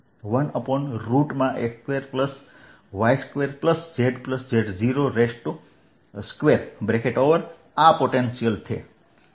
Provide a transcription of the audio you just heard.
Vxyzq4π01x2y2z z02 1x2y2zz02 આ potential છે